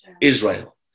Israel